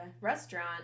restaurant